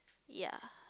ya